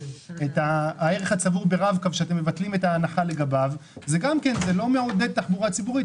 זה לא מעודד תחבורה ציבורית.